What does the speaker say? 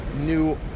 new